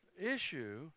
issue